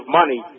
money